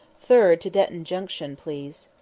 third to detton junction, please.